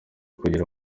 kugira